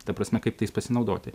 ta prasme kaip tais pasinaudoti